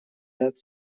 ряд